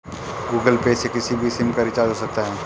Google Pay से किसी भी सिम का रिचार्ज हो सकता है